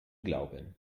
glauben